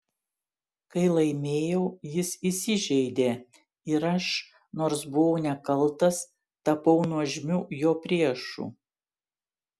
kai laimėjau jis įsižeidė ir aš nors buvau nekaltas tapau nuožmiu jo priešu